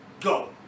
Go